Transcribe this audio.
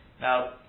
Now